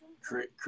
Create